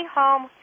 home